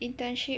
internship